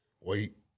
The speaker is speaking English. Wait